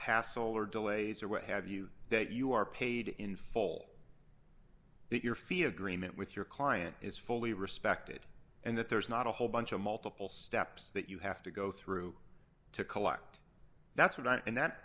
hassle or delays or what have you that you are paid in full that your fee agreement with your client is fully respected and that there's not a whole bunch of multiple steps that you have to go through to collect that's what i mean that